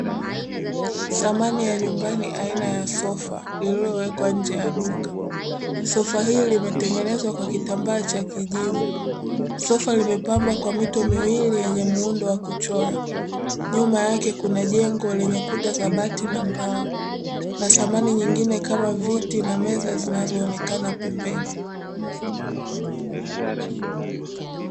Thamani ya nyumbani aina ya sofa lililowekwa nje ya duka, Sofa hili limetengenezwa kwa kitambaa cha kijivu, sofa limepambwa kwa mito miwili yenye muundo wa kuchora, nyuma yake kuna jengo lenye kuta za bati na mbao, na thamani nyingine kama viti na meza zinazoonekana pembeni.